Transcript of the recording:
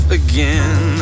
again